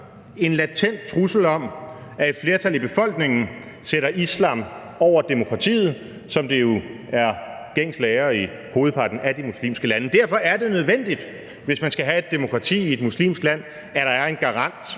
en latent trussel om, at et flertal i befolkningen sætter islam over demokratiet, som det jo er gængs lære i hovedparten af de muslimske lande. Derfor er det nødvendigt, hvis man skal have et demokrati i et muslimsk land, at der er en garant,